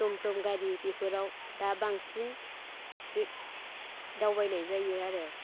टम टम गारि बेफोराव दा बांसिन बे दावबायनाय जायो आरो